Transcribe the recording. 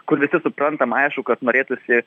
kur visi suprantam aišku kad norėtųsi